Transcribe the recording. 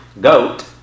goat